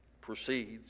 proceeds